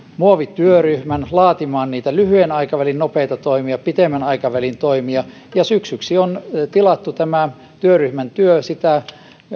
muovityöryhmän laatimaan niitä lyhyen aikavälin nopeita toimia ja pitemmän aikavälin toimia ja syksyksi on tilattu tämä työryhmän työ sitä